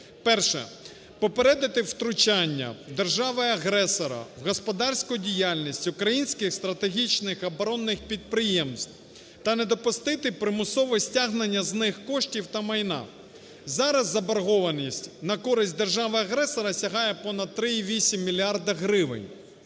перше – попередити втручання держави-агресора в господарську діяльність українських стратегічних оборонних підприємств та не допустити примусове стягнення з них коштів та майна (зараз заборгованість на користь держави-агресора сягає понад 3,8 мільярда